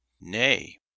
nay